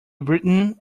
britain